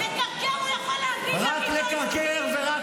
"לקרקר" הוא יכול להגיד,